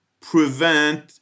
prevent